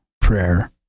prayer